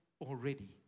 already